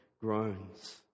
groans